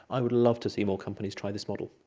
i would love to see more companies try this model.